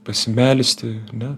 pasimelsti ar ne